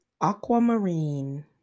Aquamarine